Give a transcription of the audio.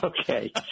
okay